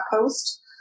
post